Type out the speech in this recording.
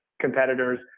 competitors